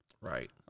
Right